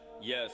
yes